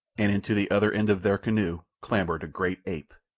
and into the other end of their canoe clambered a great ape.